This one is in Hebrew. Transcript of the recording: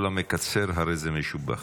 כל המקצר הרי זה משובח.